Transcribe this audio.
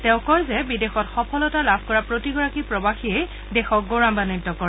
তেওঁ কয় যে বিদেশত সফলতা লাভ কৰা প্ৰতিগৰাকী প্ৰবাসীয়ে দেশক গৌৰৱাদ্বিত কৰে